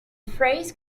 phrase